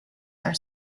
are